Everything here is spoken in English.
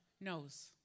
knows